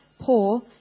poor